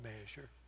measure